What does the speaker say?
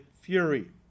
fury